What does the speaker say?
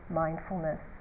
mindfulness